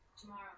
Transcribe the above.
Tomorrow